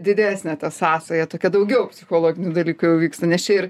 didesnė ta sąsaja tokia daugiau psichologinių dalykų jau vyksta nes čia ir